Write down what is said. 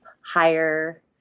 higher